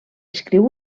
escriu